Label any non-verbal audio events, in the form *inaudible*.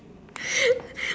*laughs*